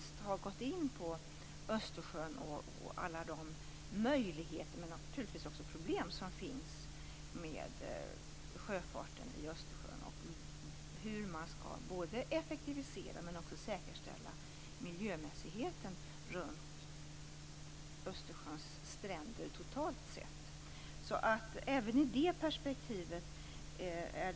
Där har vi tagit upp Östersjön och alla de möjligheter, och naturligtvis också problem, som finns med sjöfarten i Östersjön och hur man skall effektivisera och säkerställa miljömässigheten runt Östersjöns stränder.